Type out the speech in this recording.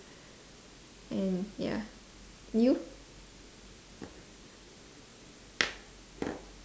and ya you